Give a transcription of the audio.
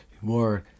more